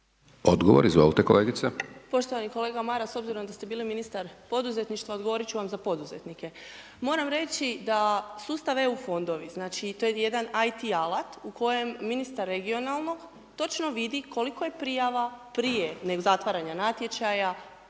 Odgovor, izvolite kolegice.